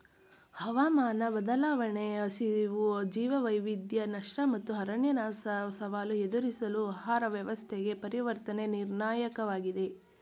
ಹವಾಮಾನ ಬದಲಾವಣೆ ಹಸಿವು ಜೀವವೈವಿಧ್ಯ ನಷ್ಟ ಮತ್ತು ಅರಣ್ಯನಾಶ ಸವಾಲು ಎದುರಿಸಲು ಆಹಾರ ವ್ಯವಸ್ಥೆಗೆ ಪರಿವರ್ತನೆ ನಿರ್ಣಾಯಕವಾಗಿದೆ